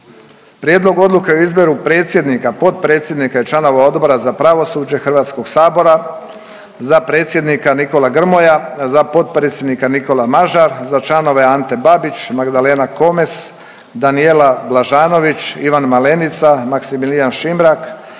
Prijedlog odluke o izboru predsjednika, potpredsjednika i članova Odbor za pravosuđe HS-a, za predsjednika Nikola Grmoja, za potpredsjednika Nikola Mažar, za članove Ante Babić, Magdalena Komes, Danijela Blažanović, Ivan Malenica, Maksimilijan Šimrak,